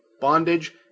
bondage